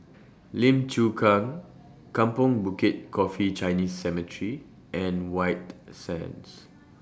Lim Chu Kang Kampong Bukit Coffee Chinese Cemetery and White Sands